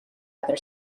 rather